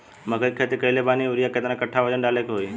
मकई के खेती कैले बनी यूरिया केतना कट्ठावजन डाले के होई?